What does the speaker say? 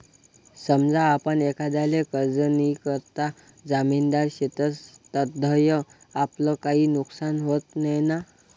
समजा आपण एखांदाले कर्जनीकरता जामिनदार शेतस तधय आपलं काई नुकसान व्हत नैना?